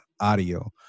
audio